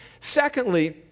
Secondly